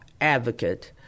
advocate